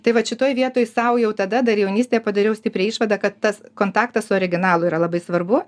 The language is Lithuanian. tai vat šitoj vietoj sau jau tada dar jaunystėje padariau stiprią išvadą kad tas kontaktas su originalu yra labai svarbu